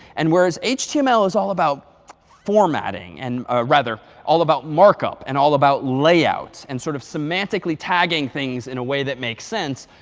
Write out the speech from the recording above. and whereas html is all about formatting and ah rather, all about markup and all about layouts and sort of semantically tagging things in a way that makes sense,